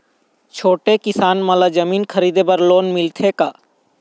छोटे किसान मन ला जमीन खरीदे बर लोन मिलथे का?